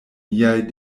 niaj